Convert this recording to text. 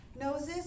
noses